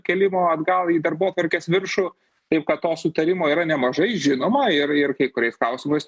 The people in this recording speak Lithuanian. kėlimo atgal į darbotvarkės viršų taip kad to sutarimo yra nemažai žinoma ir ir kai kuriais klausimais